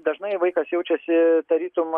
dažnai vaikas jaučiasi tarytum